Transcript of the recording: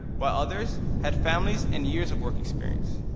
while others had families and years of work experience.